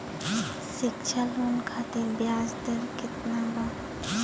शिक्षा लोन खातिर ब्याज दर केतना बा?